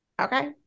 Okay